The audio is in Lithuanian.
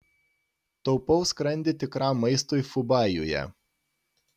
taupau skrandį tikram maistui fubajuje